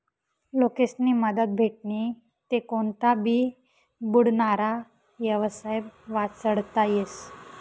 लोकेस्नी मदत भेटनी ते कोनता भी बुडनारा येवसाय वाचडता येस